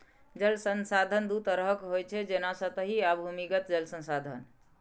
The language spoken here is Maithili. जल संसाधन दू तरहक होइ छै, जेना सतही आ भूमिगत जल संसाधन